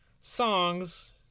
songs